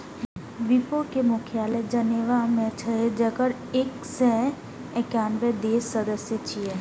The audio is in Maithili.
विपो के मुख्यालय जेनेवा मे छै, जेकर एक सय एकानबे देश सदस्य छियै